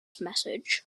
message